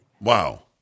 Wow